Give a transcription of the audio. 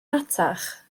rhatach